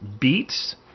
Beets